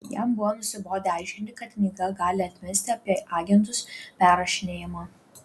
jam buvo nusibodę aiškinti kad knygą gali atmesti apie agentus perrašinėjimą